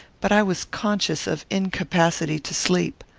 but i was conscious of incapacity to sleep.